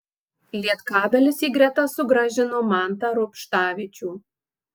lietkabelis į gretas sugrąžino mantą rubštavičių